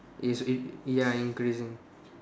is it ya increasing